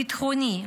ביטחוני,